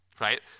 right